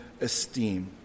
esteem